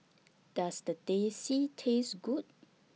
Does Teh C Taste Good